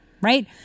Right